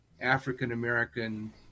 African-American